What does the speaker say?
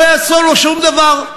לא יעשו לו שום דבר.